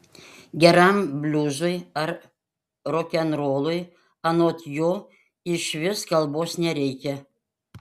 geram bliuzui ar rokenrolui anot jo išvis kalbos nereikia